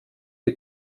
die